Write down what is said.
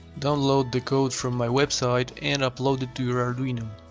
download the code from my website and upload it to your arduino.